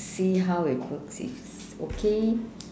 see how it works if it's okay